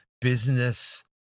business